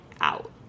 out